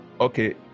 Okay